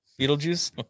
Beetlejuice